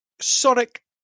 sonic